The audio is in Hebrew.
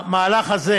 המהלך הזה